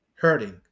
hurting